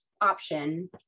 option